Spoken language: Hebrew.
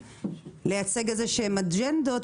לייצג אג'נדות.